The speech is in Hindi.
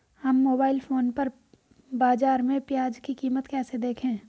हम मोबाइल फोन पर बाज़ार में प्याज़ की कीमत कैसे देखें?